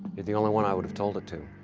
you're the only one i would have told it to.